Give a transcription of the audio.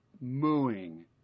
mooing